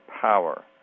power